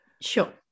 Sure